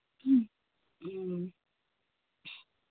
ꯎꯝ